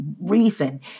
reason